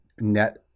net